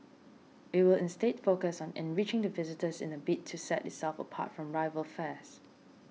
it will instead focus on enriching the visitor's in a bid to set itself apart from rival fairs